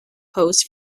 pose